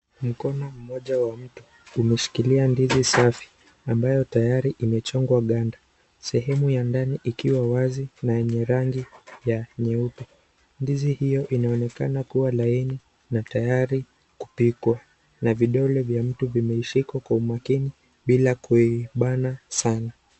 Mkono mmoja wa mtu umeshikilia ndizi safi, ambayo tayari imechongwa ganda. Sehemu ya ndani ikiwa wazi na yenye rangi ya nyeupe. Ndizi hiyo inaonekana kuwa laini na tayari kupikwa na vidole vya mtu vimeishika kwa makini bila kuibana sana.